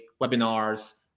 webinars